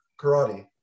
karate